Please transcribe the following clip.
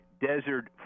Desert